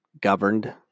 governed